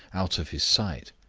out of his sight.